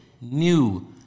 new